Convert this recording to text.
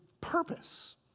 purpose